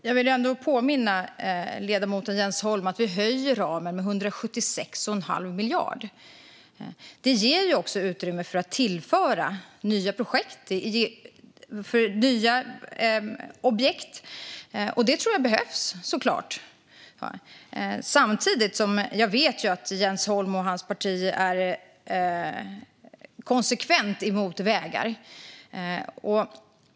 Fru talman! Jag vill ändå påminna ledamoten Jens Holm om att vi höjer ramen med 176 1⁄2 miljard. Det ger också utrymme för att tillföra nya projekt, nya objekt. Det tror jag behövs, såklart. Samtidigt vet jag att Jens Holm och hans parti konsekvent är emot vägar.